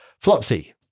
Flopsy